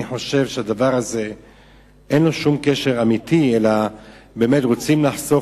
אני חושב שאין כאן שום קשר אמיתי, אלא רוצים לחסוך